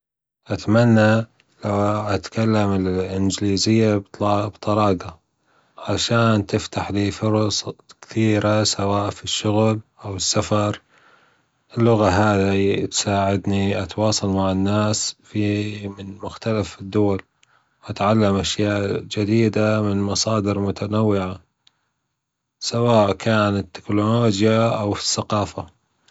أتمني أتكلم الإنجليزيه بطلاجة عشان تفتح لى فرص كتيرة سواء فالشغل أو السفر، اللغة هذي تساعدني أتواصل مع الناس في من مختلف الدول وأتعلم أشياء جديدة من مصادر متنوعة سواء كانت في التكنولوجيا أو فى الثقافة.